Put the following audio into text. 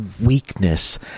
weakness